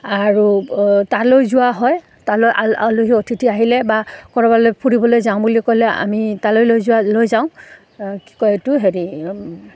আৰু তালৈ যোৱা হয় তালৈ আ আলহী অতিথি আহিলে বা ক'ৰবালৈ ফুৰিবলৈ যাওঁ বুলি ক'লে আমি তালৈ লৈ যোৱা লৈ যাওঁ কি কয় এইটো হেৰি